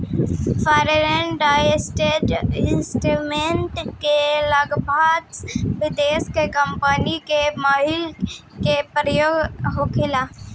foreign direct investment में लाभांस विदेशी कंपनी के मालिक के प्राप्त होला